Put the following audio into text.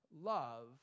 love